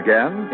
Again